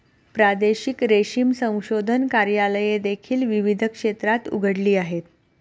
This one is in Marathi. प्रादेशिक रेशीम संशोधन कार्यालये देखील विविध क्षेत्रात उघडली आहेत